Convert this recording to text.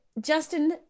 Justin